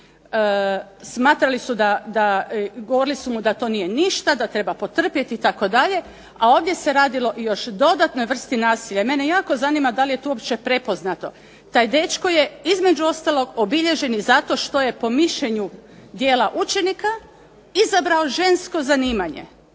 nastavnicima, govorili su mu da to nije ništa, da treba otrpjeti itd., a ovdje se radilo o dodatnoj vrsti nasilja. Mene jako zanima da li je to uopće prepoznato, taj dečko je između ostalog obilježen zato što je po mišljenju dijela učenika izabrao žensko zanimanje.